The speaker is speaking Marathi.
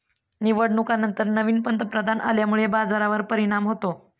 निवडणुकांनंतर नवीन पंतप्रधान आल्यामुळे बाजारावर परिणाम होतो